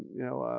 you know,